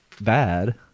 bad